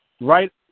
Right